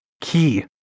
Key